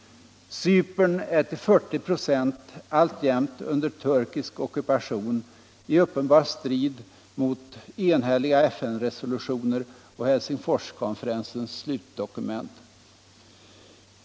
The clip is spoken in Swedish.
Cypern är till 40 96 alltjämt under turkisk ockupation — i uppenbar strid mot enhälliga FN-resolutioner och Helsingforskonferensens slutdokument.